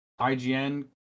IGN